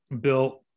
Bill